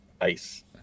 ice